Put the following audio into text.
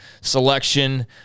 selection